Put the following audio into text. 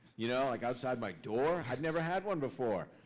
you know, like outside my door. i'd never had one before.